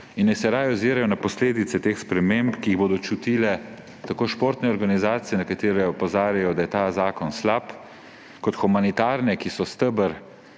in naj se raje ozirajo na posledice teh sprememb, ki jih bodo čutile tako športne organizacije, nekatere opozarjajo, da je ta zakon slab, kot humanitarne, ki so steber